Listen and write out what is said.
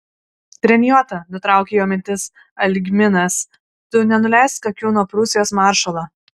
treniota nutraukė jo mintis algminas tu nenuleisk akių nuo prūsijos maršalo